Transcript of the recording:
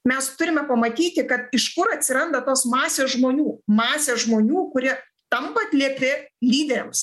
mes turime pamatyti kad iš kur atsiranda tos masės žmonių masės žmonių kurie tampa atliepti lyderiams